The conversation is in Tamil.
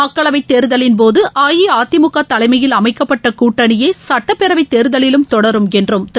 மக்களவை தேர்தலின் போது அஇஅதிமுக தலைமையில் அளமக்கப்பட்ட கூட்டணியே சுட்டப்பேரவை தேர்தலிலும் தொடரும் என்றும் திரு